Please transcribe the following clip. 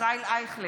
ישראל אייכלר,